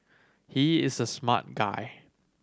he is a smart guy